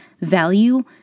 value